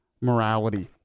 morality